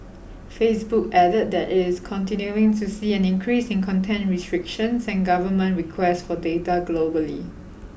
Facebook added that it is continuing to see an increase in content restrictions and government requests for data globally